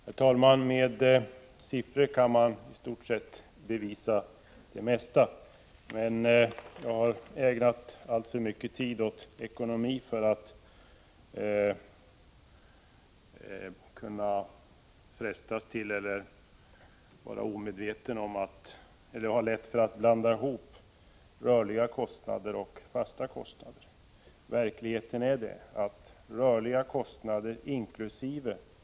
Herr talman! Med siffror kan man bevisa det mesta, men jag har ägnat alltför mycket tid åt ekonomi för att inte kunna skilja på rörliga och fasta kostnader. Verkligheten är den att rörliga kostnader inkl.